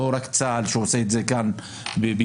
לא רק צה"ל שעושה את זה כאן בישראל,